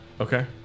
okay